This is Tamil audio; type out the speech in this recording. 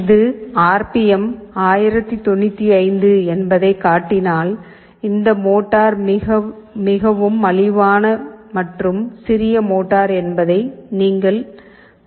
இது ஆர் பி எம் 1095 என்பதைக் காட்டினால் இந்த மோட்டார் மிகவும் மலிவான மற்றும் சிறிய மோட்டார் என்பதை நீங்கள் காணலாம்